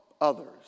others